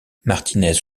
martinez